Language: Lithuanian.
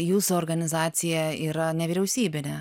jūsų organizacija yra nevyriausybinė